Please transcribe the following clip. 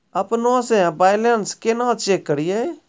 अपनों से बैलेंस केना चेक करियै?